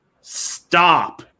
stop